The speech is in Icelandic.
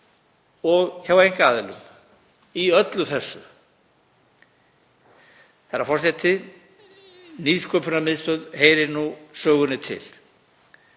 og hjá einkaaðilum, í öllu þessu. Herra forseti. Nýsköpunarmiðstöð heyrir nú sögunni til